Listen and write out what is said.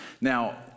Now